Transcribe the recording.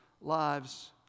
lives